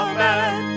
Amen